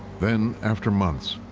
then after months,